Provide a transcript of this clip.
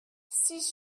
six